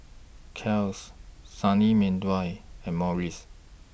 Kiehl's Sunny Meadow and Morries